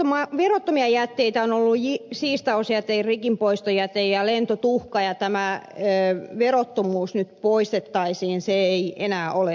verottomia jätteitä ovat olleet siistausjäte rikinpoistojäte ja lentotuhka ja tämä verottomuus nyt poistettaisiin se ei enää ole ajankohtainen